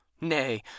Nay